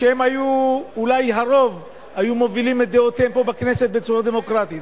שאם היו אולי הרוב היו מובילים את דעותיהם פה בכנסת בצורה דמוקרטית,